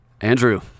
Andrew